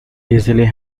easily